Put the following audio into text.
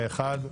פה אחד.